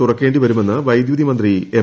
തുറക്കേണ്ടി വരുമെന്ന് വൈദ്യുതി മന്ത്രി എം